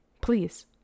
please